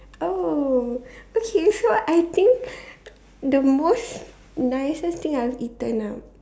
oh okay so I think the most nicest thing I've eaten ah